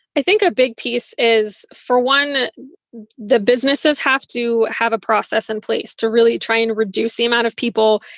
i think a big piece is for one of the businesses have to have a process in place to really try and reduce the amount of people,